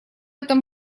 этом